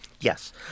Yes